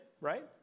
right